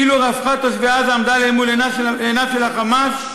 אילו רווחת תושבי עזה עמדה למול עיניו של ה"חמאס",